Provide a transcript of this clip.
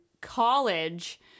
college